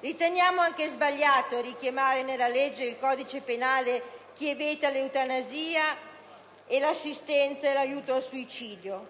Riteniamo anche sbagliato richiamare nella legge il codice penale, che vieta l'eutanasia, nonché l'assistenza e l'aiuto al suicidio.